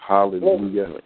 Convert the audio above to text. Hallelujah